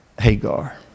Hagar